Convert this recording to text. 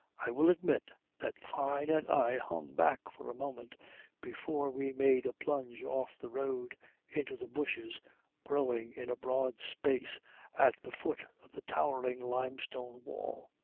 i will admit that fyne and i hung back for a moment before we made a plunge off the road into the bushes growing in a broad space at the foot of the towering limestone wall.